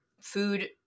food –